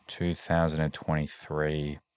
2023